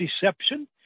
Deception